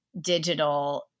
digital